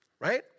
right